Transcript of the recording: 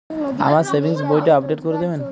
আমার সেভিংস বইটা আপডেট করে দেবেন?